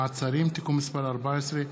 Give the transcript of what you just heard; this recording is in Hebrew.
התשע"ח 2018,